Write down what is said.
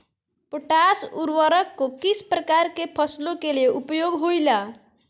Potash उर्वरक को किस प्रकार के फसलों के लिए उपयोग होईला?